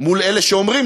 מול אלה שאומרים,